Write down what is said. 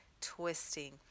twisting